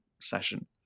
session